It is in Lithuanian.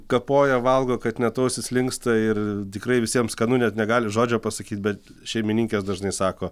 kapoja valgo kad net ausys linksta ir tikrai visiem skanu nes negali žodžio pasakyti bet šeimininkės dažnai sako